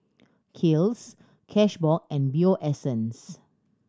Kiehl's Cashbox and Bio Essence